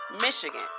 Michigan